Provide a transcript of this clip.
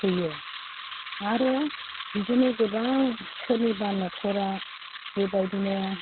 फैयो आरो बिदिनो गोबां सोरनिबा नखरा बेबादिनो